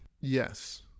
Yes